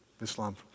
Islam